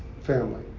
family